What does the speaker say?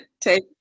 Take